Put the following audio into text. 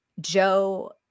Joe